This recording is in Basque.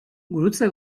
gurutze